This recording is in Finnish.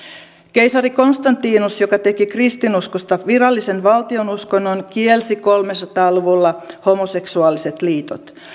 keisari konstantinus joka teki kristinuskosta virallisen val tionuskonnon kielsi kolmesataa luvulla homoseksuaaliset liitot